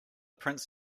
prince